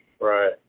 Right